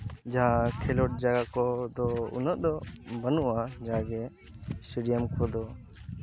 ᱡᱟᱦᱟᱸ ᱠᱷᱮᱞᱳᱰ ᱡᱟᱦᱟᱸ ᱠᱚᱫᱚ ᱩᱱᱟᱹᱜ ᱫᱚ ᱵᱟᱹᱱᱩᱜᱼᱟ ᱡᱟᱜᱮ ᱮᱥᱴᱮᱰᱤᱭᱟᱢ ᱠᱚᱫᱚ